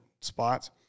spots